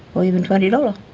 or even twenty dollars.